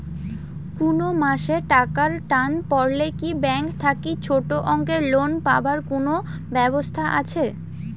কুনো মাসে টাকার টান পড়লে কি ব্যাংক থাকি ছোটো অঙ্কের লোন পাবার কুনো ব্যাবস্থা আছে?